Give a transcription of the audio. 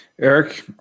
Eric